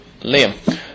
Liam